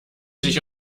sich